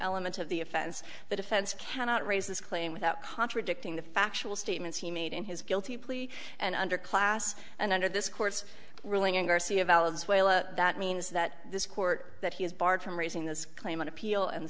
element of the offense the defense cannot raise this claim without contradicting the factual statements he made in his guilty plea and under class and under this court's ruling and garcia that means that this court that he is barred from raising this claim on appeal and